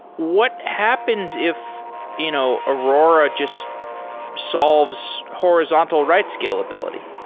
what happens if you know aurora just solves horizontal write scalability?